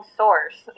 source